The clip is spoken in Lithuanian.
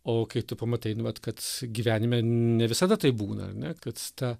o kai tu pamatai nu vat kad gyvenime ne visada taip būna ane kad ta